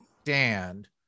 stand